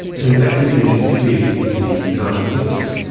and, in fact, even in this period in the nineteen fifty s,